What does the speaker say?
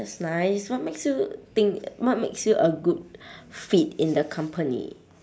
that's nice what makes you think what makes you a good fit in the company